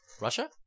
Russia